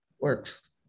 works